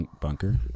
Bunker